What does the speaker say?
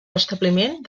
restabliment